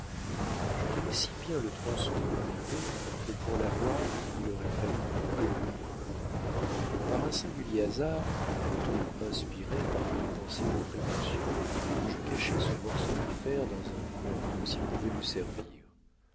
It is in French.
je tenais si bien le tronçon de mon épée que pour l'avoir il aurait fallu me couper le poing par un singulier hasard ou plutôt inspiré par une pensée de précaution je cachai ce morceau de fer dans un coin comme s'il pouvait me servir